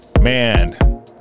Man